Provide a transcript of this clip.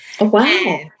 Wow